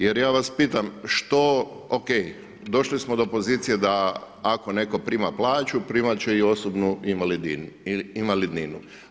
Jer ja vas pitam, što, ok, došli smo do pozicije, da ako netko prima plaću, primati će i osobnu invalidninu.